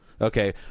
Okay